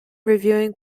reviewing